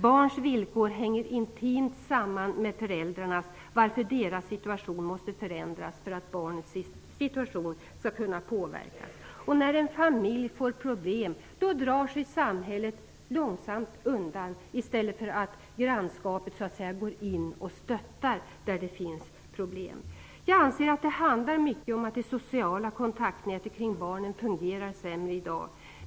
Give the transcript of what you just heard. Barns villkor hänger intimt samman med föräldrarnas, varför deras situation måste förändras för att barnens situation skall kunna påverkas. När en familj får problem drar sig samhället långsamt undan i stället för att grannskapet går in och stöttar där det finns problem. Jag anser att det handlar mycket om att det sociala kontaktnätet kring barnen fungerar sämre i dag.